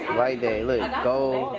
light day, look. gold,